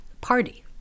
party